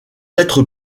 être